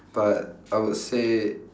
but I would say